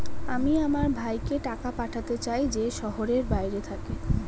আমি আমার ভাইকে টাকা পাঠাতে চাই যে শহরের বাইরে থাকে